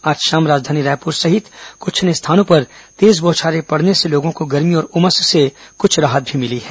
आज शाम राजधानी रायपुर सहित कुछ अन्य स्थानों पर तेज बौछारें पड़ने से लोगों को गर्मी और उमस से कुछ राहत भी मिली है